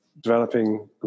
developing